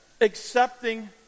accepting